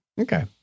Okay